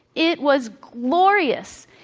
it was glorious.